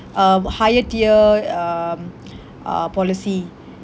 a higher tier um uh policy